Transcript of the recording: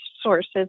sources